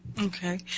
Okay